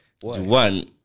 one